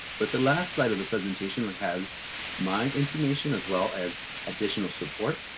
but the last slide of the presentation has my information as well as additional support.